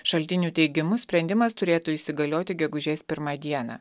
šaltinių teigimu sprendimas turėtų įsigalioti gegužės pirmą dieną